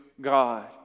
God